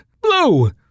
Blue